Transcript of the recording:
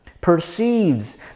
perceives